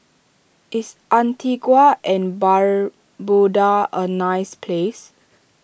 is Antigua and Barbuda a nice place